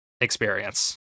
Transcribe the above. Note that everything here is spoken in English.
experience